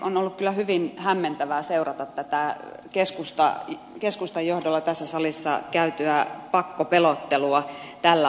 on ollut kyllä hyvin hämmentävää seurata keskustan johdolla tässä salissa käytyä pakkopelottelua tällä asialla